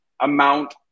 amount